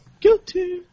Guilty